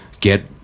get